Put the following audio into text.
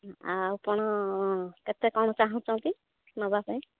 ଆଉ ଆପଣ କେତେ କ'ଣ ଚାହୁଁଛନ୍ତି ନେବା ପାଇଁ